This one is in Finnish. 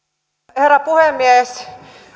herra puhemies